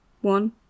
one